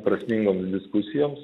prasmingoms diskusijoms